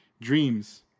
dreams